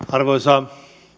arvoisa